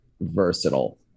versatile